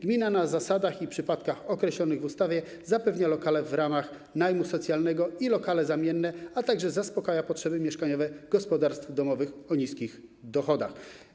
Gmina, na zasadach i w przypadkach określonych w ustawie, zapewnia lokale w ramach najmu socjalnego i lokale zamienne, a także zaspokaja potrzeby mieszkaniowe gospodarstw domowych o niskich dochodach.